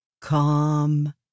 Calm